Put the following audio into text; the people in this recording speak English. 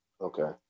Okay